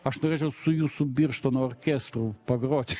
aš norėčiau su jūsų birštono orkestru pagroti